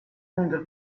ûnder